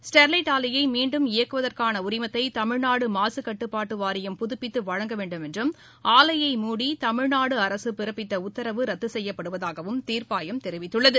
Sterlite ஆலைய மீண்டும் இயக்குவதற்கான உரிமத்தை தமிழ்நாடு மாசுக்கட்டுப்பாட்டு வாரியம் புதுப்பித்து வழங்கவேண்டும் என்றும் ஆலையை மூடி தமிழ்நாடு அரசு பிறப்பித்த உத்தரவு ரத்து செய்யப்படுவதாகவம் தீர்ப்பாயம் தெரிவித்துள்ளது